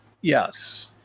yes